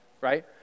right